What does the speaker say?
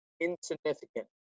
Insignificant